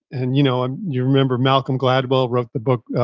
and you know ah you remember malcolm gladwell wrote the book,